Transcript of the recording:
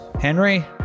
Henry